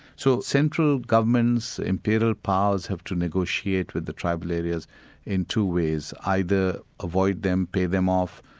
so central governments, imperial powers have to negotiate with the tribal areas in two ways, either avoid them, pay them off,